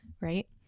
right